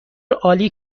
عالی